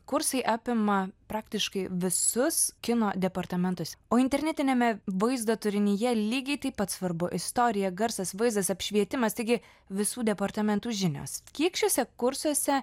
kursai apima praktiškai visus kino departamentus o internetiniame vaizdo turinyje lygiai taip pat svarbu istorija garsas vaizdas apšvietimas taigi visų departamentų žinios kiek šiuose kursuose